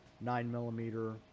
nine-millimeter